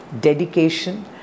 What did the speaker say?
Dedication